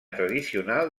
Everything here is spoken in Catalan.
tradicional